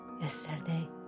yesterday